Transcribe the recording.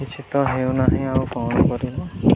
କିଛି ତ ହେଉ ନାଁ ଆଉ କ'ଣ କରିବ